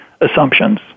assumptions